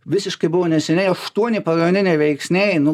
visiškai buvo neseniai aštuoni pagrindiniai veiksniai nu